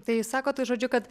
tai sakot tai žodžiu kad